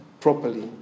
properly